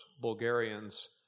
Bulgarians